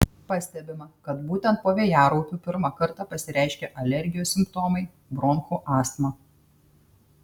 pastebima kad būtent po vėjaraupių pirmą kartą pasireiškia alergijos simptomai bronchų astma